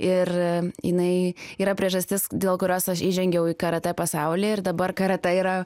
ir jinai yra priežastis dėl kurios aš įžengiau į karatė pasaulį ir dabar karatė yra